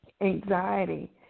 anxiety